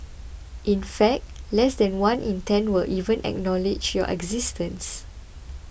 in fact less than one in ten will even acknowledge your existence